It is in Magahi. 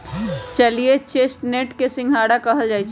जलीय चेस्टनट के सिंघारा कहल जाई छई